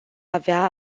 avea